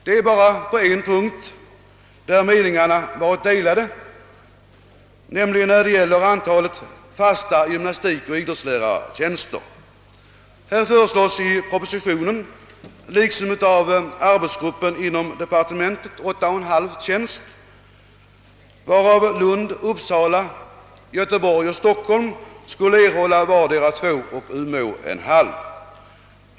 Det är bara på en punkt som meningarna varit delade, nämligen i fråga om antalet fasta gymnastikoch idrottsledartjänster. Här föreslås i propositionen liksom av arbetsgruppen inom departementet 8 !/2 tjänster, varav Lund, Uppsala, Göteborg och Stockholm skulle erhålla vardera två och Umeå en halv tjänst.